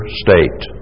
state